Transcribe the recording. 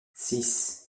six